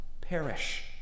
perish